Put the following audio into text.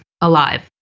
alive